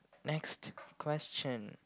next question